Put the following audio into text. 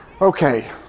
Okay